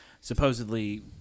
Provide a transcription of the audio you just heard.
supposedly